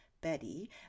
Betty